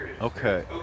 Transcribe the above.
Okay